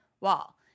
wall